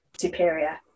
superior